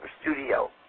studio